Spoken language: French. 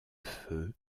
feu